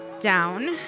down